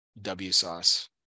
W-Sauce